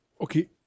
Okay